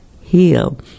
heal